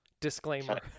disclaimer